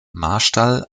marstall